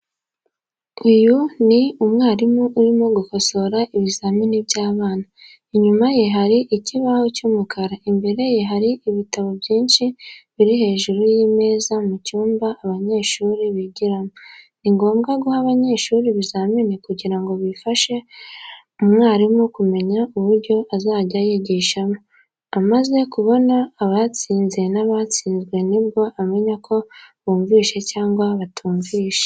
Uyu ni umwarimu urimo gukosora ibizamini by'abana, inyuma ye hari ikibaho cy'umukara, imbere ye hari ibitabo byinshi biri hejuru y'imeza mu cyumba abanyeshuri bigiramo. Ni ngombwa guha abanyeshuri ibizamini kugira ngo bifashe mwarimu kumenya uburyo azajya yigishamo, amaze kubona abatsinze n'abatsinzwe nibwo amenya ko bumvishe cyangwa batumvishe.